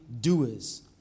doers